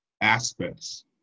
aspects